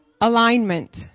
alignment